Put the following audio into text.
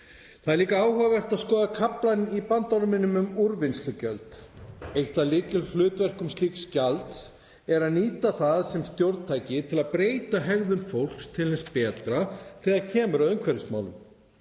Það er líka áhugavert að skoða kaflann í bandorminum um úrvinnslugjöld. Eitt af lykilhlutverkum slíks gjalds er að nýta það sem stjórntæki til að breyta hegðun fólks til hins betra þegar kemur að umhverfismálum.